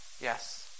Yes